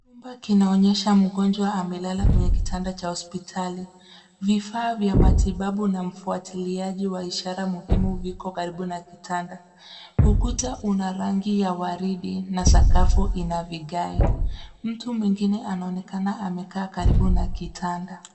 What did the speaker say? Chumba kinaonyesha mgonjwa amelala kwenye kitanda cha hospitali vifaa vya matibabu na mfuatiliaji wa ishara muhimu viko karibu na kitanda, ukuta una rangi ya waridi na sakafu ina vigae, mtu mwingine anaonekana amekaa karibu na kitanda.